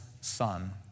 son